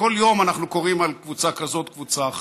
כל יום אנחנו קוראים על קבוצה כזאת, קבוצה אחרת.